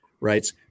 writes